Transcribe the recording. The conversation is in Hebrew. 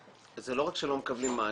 זה לא רק שלא מקבלים מענה,